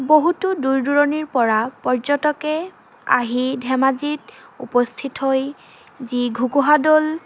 বহুতো দূৰ দূৰণিৰ পৰা পৰ্যটকে আহি ধেমাজিত উপস্থিত হৈ যি ঘুগুহা দৌল